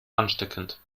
ansteckend